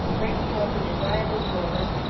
breaking open inviolable drawers,